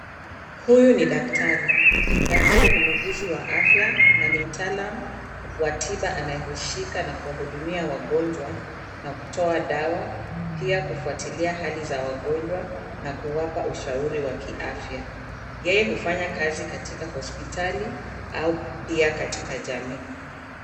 Huyu ni daktari, daktari ni muuguzi wa afya na nimtalaam wa tiba anayeusika na kwa kuhudumia wajongwa na kutoa dawa. Pia kufatilia hali za wagonjwa na kuwapa ushauri wa kiafya. Yeye ufanya kazi katika hospitali pia katika jamii.